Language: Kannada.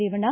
ರೇವಣ್ಣ